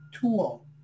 tool